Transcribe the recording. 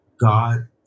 God